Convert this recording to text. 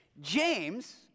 James